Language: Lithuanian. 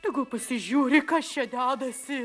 tegu pasižiūri kas čia dedasi